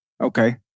Okay